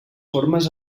formes